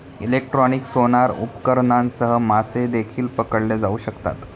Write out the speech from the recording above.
electronic sonar उपकरणांसह मासे देखील पकडले जाऊ शकतात